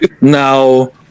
Now